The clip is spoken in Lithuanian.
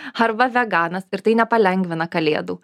arba veganas ir tai nepalengvina kalėdų